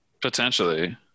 Potentially